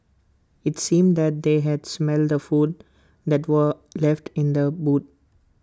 IT seemed that they had smelt the food that were left in the boot